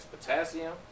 potassium